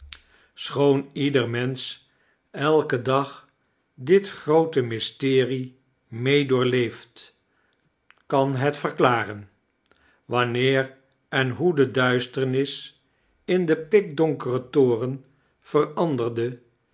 schoon ieder mensch elken dag dit groote mysterie mee doorleeft kan het verklaren wanneer en hoe de duisternis in den pikdonkeren toren veranderde